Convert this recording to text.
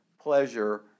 pleasure